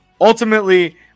ultimately